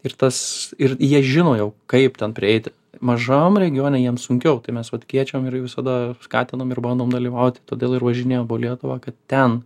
ir tas ir jie žino jau kaip ten prieiti mažam regione jiem sunkiau tai mes vat kviečiam ir visada skatinam ir bandom dalyvauti todėl ir važinėjam po lietuvą kad ten